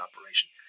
operation